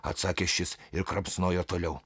atsakė šis ir kramsnojo toliau